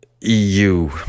EU